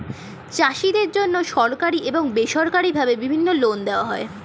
চাষীদের জন্যে সরকারি এবং বেসরকারি ভাবে বিভিন্ন লোন দেওয়া হয়